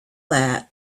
that